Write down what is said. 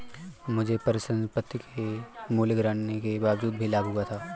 मुझे परिसंपत्ति के मूल्य गिरने के बावजूद भी लाभ हुआ था